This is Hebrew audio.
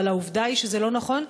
אבל העובדה היא שזה לא נכון,